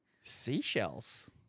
seashells